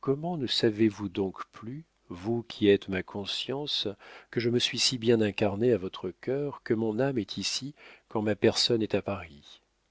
comment ne savez-vous donc plus vous qui êtes ma conscience que je me suis si bien incarné à votre cœur que mon âme est ici quand ma personne est à paris